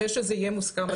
שזה יהיה מוסכם.